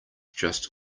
just